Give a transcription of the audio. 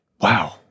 Wow